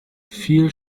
viel